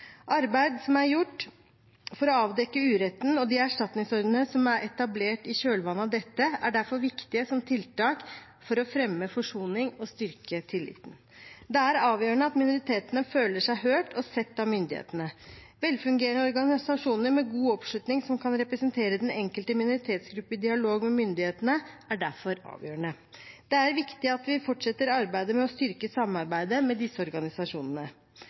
Arbeid som er gjort for å avdekke uretten, og de erstatningsordningene som er etablert i kjølvannet av dette, er derfor viktig som tiltak for å fremme forsoning og styrke tilliten. Det er avgjørende at minoritetene føler seg hørt og sett av myndighetene. Velfungerende organisasjoner med god oppslutning som kan representere den enkelte minoritetsgruppe i dialog med myndighetene, er derfor avgjørende. Det er viktig at vi fortsetter arbeidet med å styrke samarbeidet med disse organisasjonene.